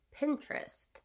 Pinterest